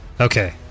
Okay